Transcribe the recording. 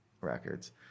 records